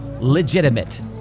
legitimate